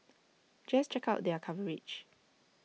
just check out their coverage